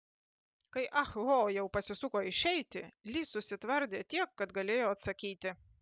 kai ah ho jau pasisuko išeiti li susitvardė tiek kad galėjo atsakyti